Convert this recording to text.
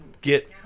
get